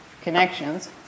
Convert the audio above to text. connections